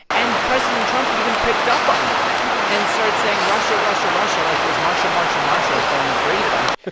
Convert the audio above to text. and president trump even picked up on that and started saying russia, russia, russia like it was marcia, marcia, marcia from the brady bunch.